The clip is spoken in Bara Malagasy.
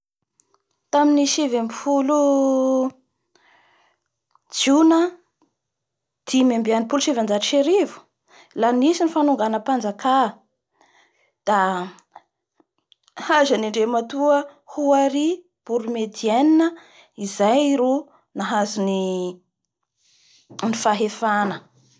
Tamin'ny sivy ambin'ny folo jiona dimy ambin'ny enipolo sy sivanjato sy arivo la nisy ny fanogana mpanjaka. Da hazan'ny andriamatoa Hoary Boulmedienne izay ro nahazo ny fahefana.